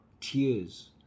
tears